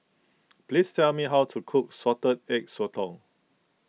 please tell me how to cook Salted Egg Sotong